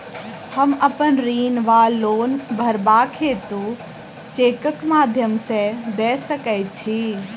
हम अप्पन ऋण वा लोन भरबाक हेतु चेकक माध्यम सँ दऽ सकै छी?